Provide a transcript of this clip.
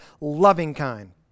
loving-kind